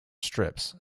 strips